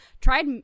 tried